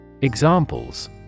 Examples